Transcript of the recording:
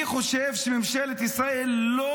אני חושב שממשלת ישראל לא